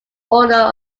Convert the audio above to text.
order